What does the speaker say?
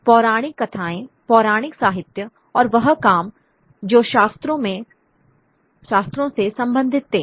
पौराणिक कथाएं पौराणिक साहित्य और वह काम जो शास्त्रों से संबंधित थे